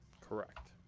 Correct